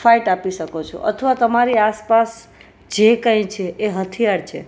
fight આપી શકો છો અથવા તમારી આસપાસ જે કઈ છે એ હથિયાર છે